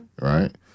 Right